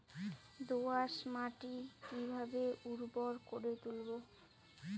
দোয়াস মাটি কিভাবে উর্বর করে তুলবো?